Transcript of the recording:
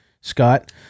Scott